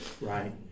right